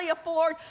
afford